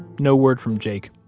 no word from jake.